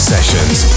Sessions